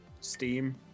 Steam